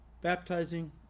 baptizing